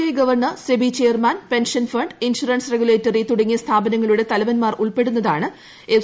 I governor SEBI chairman pension ഫ്ലിട്ട് insurance regulatory തുടങ്ങിയ സ്ഥാപനങ്ങളുടെ തലവൻമൂർ ഉൾപ്പെടുന്നതാണ് എഫ്